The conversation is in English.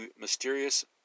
mysterious